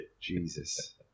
Jesus